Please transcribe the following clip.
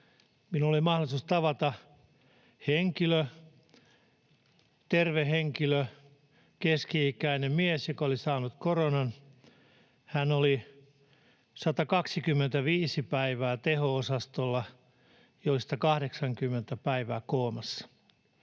Minulla oli mahdollisuus tavata henkilö, terve henkilö, keski-ikäinen mies, joka oli saanut koronan. Hän oli teho-osastolla 125 päivää, joista 80 päivää koomassa.